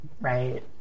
Right